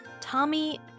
Tommy